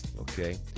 Okay